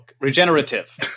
Regenerative